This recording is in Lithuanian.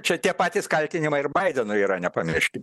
čia tie patys kaltinimai ir baidenui yra nepamirškime